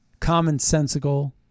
commonsensical